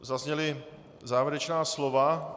Zazněla závěrečná slova.